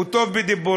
הוא טוב בדיבורים.